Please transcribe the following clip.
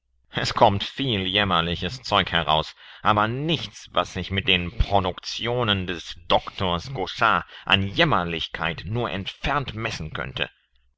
es kommt viel jämmerliches zeug heraus aber nichts was sich mit den productionen des doctors gauchat an jämmerlichkeit nur entfernt messen könnte